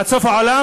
עד סוף העולם?